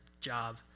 job